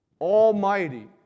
almighty